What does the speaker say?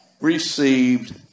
received